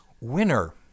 winner